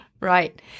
Right